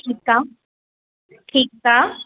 ठीकु आहे ठीकु आहे